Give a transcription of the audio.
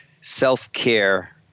self-care